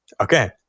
Okay